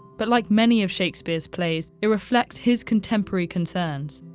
but like many of shakespeare's plays it reflects his contemporary concerns.